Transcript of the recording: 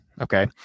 Okay